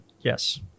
Yes